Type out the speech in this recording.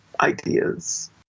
ideas